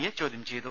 A ചോദ്യം ചെയ്തു